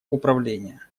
управления